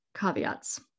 caveats